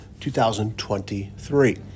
2023